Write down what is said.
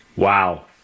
Wow